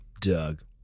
Doug